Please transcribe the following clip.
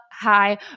Hi